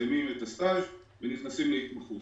שמסיימים את הסטז' ונכנסים להתמחות.